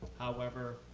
however,